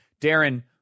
Darren